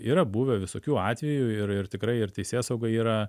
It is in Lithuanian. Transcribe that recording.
yra buvę visokių atvejų ir ir tikrai ir teisėsauga yra